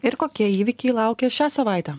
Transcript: ir kokie įvykiai laukia šią savaitę